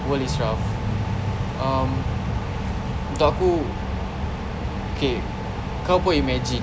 world is tough um untuk aku okay kau pun imagine